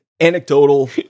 anecdotal